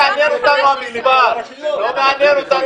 המספר לא מעניין.